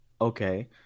Okay